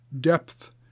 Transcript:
depth